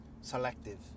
selective